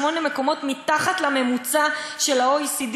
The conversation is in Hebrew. שמונה מקומות מתחת לממוצע של ה-OECD.